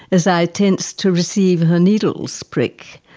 as i tense to receive her needle's prick.